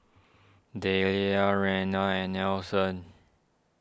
Delia Reanna and Nelson